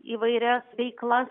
įvairias veiklas